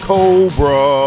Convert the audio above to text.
Cobra